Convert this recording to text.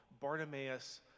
Bartimaeus